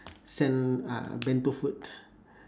send ah bento food